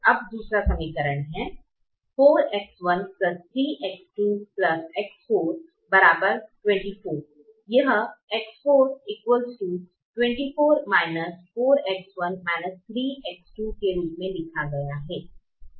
अब दूसरा समीकरण है4X13X2X4 24 यह X4 24 4X1 3X2 के रूप में लिखा गया है